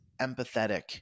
empathetic